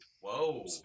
Whoa